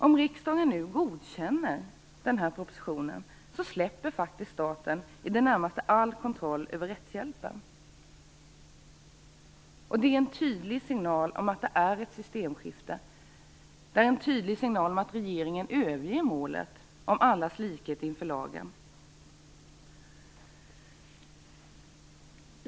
Om riksdagen nu godkänner den här propositionen släpper faktiskt staten i det närmaste all kontroll över rättshjälpen, och det är en tydlig signal om att det är ett systemskifte, en tydlig signal om att regeringen överger målet om allas likhet inför lagen.